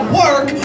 work